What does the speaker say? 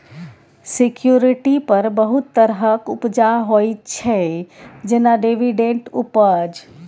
security पर बहुत तरहक उपजा होइ छै जेना डिवीडेंड उपज